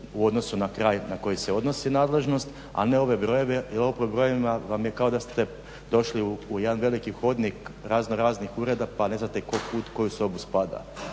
u odnosu na kraj na koji se odnosi nadležnost, a ne ove brojeve jer ovo pod brojevima vam je kao da ste došli u jedan veliki hodnik raznoraznih ureda pa ne znate tko u koju sobu spada.